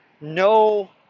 no